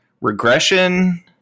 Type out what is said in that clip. regression